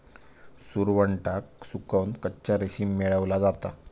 सुरवंटाक सुकवन कच्चा रेशीम मेळवला जाता